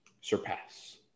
surpass